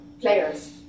players